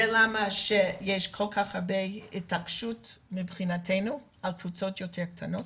זו הסיבה שיש התעקשות רבה מבחינתנו על קבוצות יותר קטנות,